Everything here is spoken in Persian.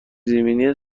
زمینی